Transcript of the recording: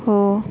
हो